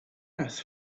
earth